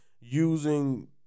using